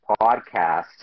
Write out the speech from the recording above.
podcast